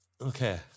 Okay